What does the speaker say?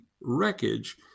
wreckage